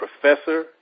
professor